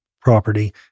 property